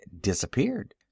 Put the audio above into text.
disappeared